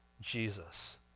Jesus